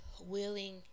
willing